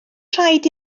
rhaid